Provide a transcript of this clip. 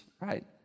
right